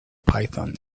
python